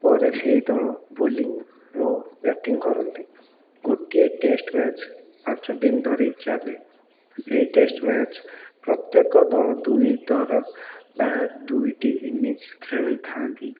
ପରେ ସେହି ଦଳ ବୋଲିଂ ଓ ବ୍ୟାଟିଂ କରନ୍ତି ଗୋଟିଏ ଟେଷ୍ଟ୍ ମ୍ୟାଚ୍ ପାଞ୍ଚ ଦିନ ଧରି ଚାଲେ ସେଇ ଟେଷ୍ଟ୍ ମ୍ୟାଚ୍ ପ୍ରତ୍ୟେକ ଦଳ ଦୁଇ ଥର ବା ଦୁଇଟି ଇନିଂସ୍ ଖେଳିଥାଆନ୍ତି